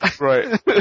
Right